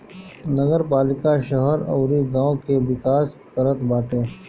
नगरपालिका शहर अउरी गांव के विकास करत बाटे